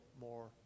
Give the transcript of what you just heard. more